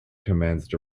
commenced